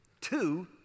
Two